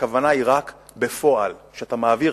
הכוונה היא רק בפועל, שאתה מעביר